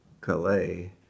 Calais